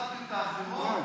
הדמוקרטיות האחרות.